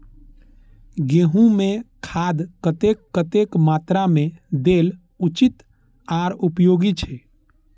गेंहू में खाद कतेक कतेक मात्रा में देल उचित आर उपयोगी छै?